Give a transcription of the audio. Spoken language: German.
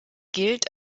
gilt